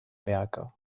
werke